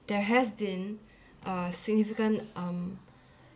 there has been uh significant um